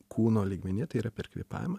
kūno lygmenyje tai yra per kvėpavimą